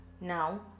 Now